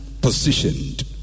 positioned